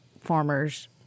farmers